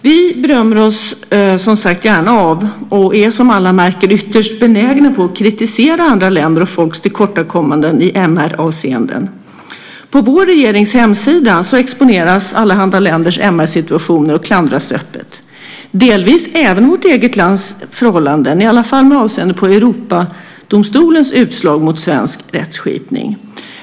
Vi berömmer oss som sagt gärna i detta sammanhang och är, som alla märker, ytterst benägna att kritisera andra länder och folks tillkortakommanden i MR-avseenden. På vår regerings hemsida exponeras allehanda länders MR-situation, och de klandras öppet, delvis även vårt eget lands förhållanden, i alla fall med avseende på Europadomstolens utslag mot svensk rättskipning.